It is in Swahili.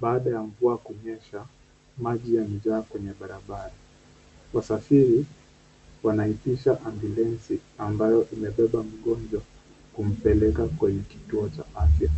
Baada ya mvua kunyesha maji yamejaa kwenye barabara, wasafiri wanaipisha ambulensi ambayo imebeba mgonjwa kumpeleka kwenye kituo cha afya,